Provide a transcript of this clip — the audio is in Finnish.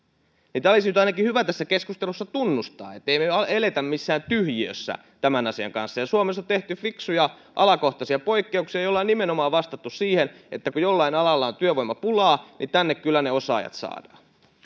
tämä olisi nyt ainakin hyvä tässä keskustelussa tunnustaa ettemme me elä missään tyhjiössä tämän asian kanssa suomessa on tehty fiksuja alakohtaisia poikkeuksia joilla on nimenomaan vastattu siihen että kun jollain alalla on työvoimapulaa niin tänne kyllä ne osaajat saadaan